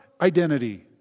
identity